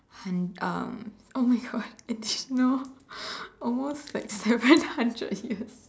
hun~ um oh my God additional almost like seven hundred years